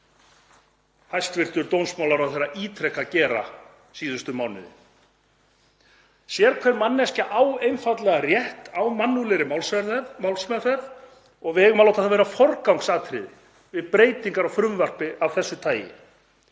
hæstv. dómsmálaráðherra ítrekað gera síðustu mánuði. Sérhver manneskja á einfaldlega rétt á mannúðlegri málsmeðferð og við eigum að láta það vera forgangsatriði við breytingar á frumvarpi af þessu tagi.